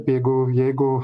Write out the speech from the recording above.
jeigu jeigu